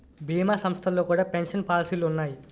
భీమా సంస్థల్లో కూడా పెన్షన్ పాలసీలు ఉన్నాయి